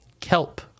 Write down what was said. kelp